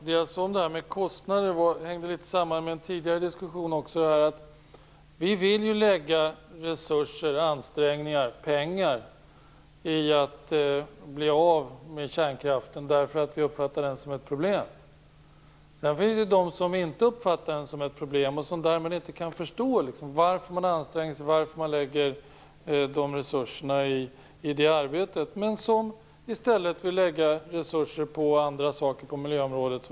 Herr talman! Det jag sade om kostnader hängde litet samman med en tidigare diskussion om att vi vill lägga resurser, ansträngningar och pengar på att bli av med kärnkraften eftersom vi uppfattar den som ett problem. Sedan finns det ju de som inte uppfattar den som ett problem och som därmed inte kan förstå varför man anstränger sig och lägger resurser på det arbetet. De vill i stället lägga resurser på andra saker på miljöområdet.